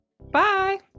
Bye